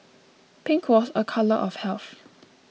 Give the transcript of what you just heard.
pink was a colour of health